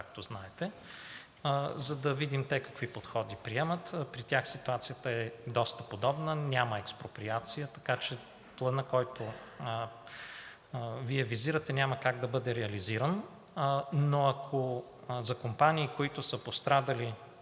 както знаете, за да видим те какви подходи приемат. При тях ситуацията е доста подобна, няма експроприация, така че планът, който Вие визирате, няма как да бъде реализиран. Но ако за компании, които са пострадали